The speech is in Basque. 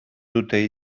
dute